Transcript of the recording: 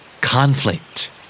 Conflict